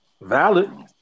Valid